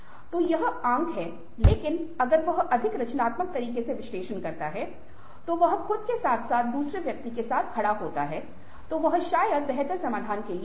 तो यह आंक है लेकिन अगर वह अधिक रचनात्मक तरीके से विश्लेषण करता है तो वह खुद के साथ साथ दूसरे व्यक्ति के साथ खड़ा होता है तो वह शायद बेहतर समाधान के लिए आएगा